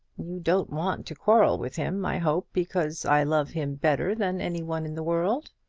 you don't want to quarrel with him, i hope, because i love him better than any one in the world?